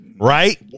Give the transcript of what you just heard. right